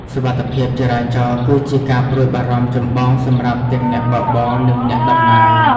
សុវត្ថិភាពចរាចរណ៍គឺជាការព្រួយបារម្ភចម្បងសម្រាប់ទាំងអ្នកបើកបរ និងអ្នកដំណើរ។